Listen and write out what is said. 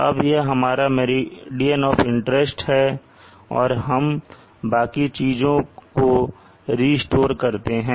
अब यह हमारा मेरिडियन ऑफ इंटरेस्ट है और हम बाकी चीजों को रिस्टोर करते हैं